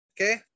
Okay